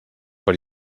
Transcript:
per